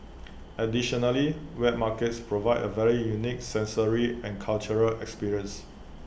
additionally wet markets provide A very unique sensory and cultural experience